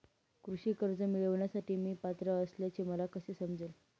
कृषी कर्ज मिळविण्यासाठी मी पात्र असल्याचे मला कसे समजेल?